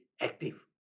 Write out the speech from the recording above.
active